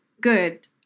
good